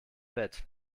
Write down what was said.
bett